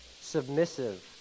submissive